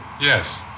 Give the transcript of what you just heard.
Yes